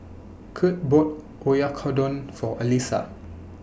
Kurt bought Oyakodon For Elissa